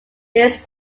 this